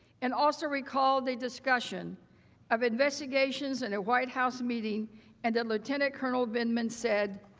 and also recalled a discussion of investigations in a white house meeting and a lieutenant colonel vindman said,